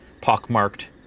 pockmarked